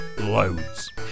loads